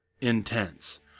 intense